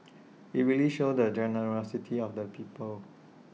IT really shows the generosity of the people